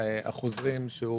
החוזים שהוא